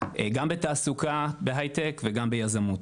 גם בתעסוקה בהייטק וגם ביזמות.